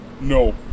No